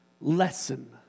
lesson